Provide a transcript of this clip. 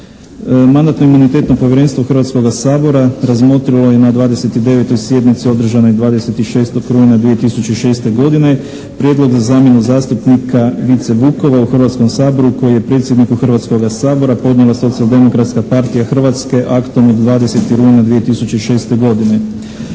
Mandatno-imunitetno povjerenstvo Hrvatskoga sabora razmotrilo je na 29. sjednici održanoj 26. rujna 2006. godine prijedlog za zamjenu zastupnika Vice Vukova u Hrvatskom saboru koji je predsjedniku Hrvatskoga sabora podnijela Socijaldemokratska partija Hrvatske aktom od 20. rujna 2006. godine.